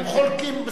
הם חולקים.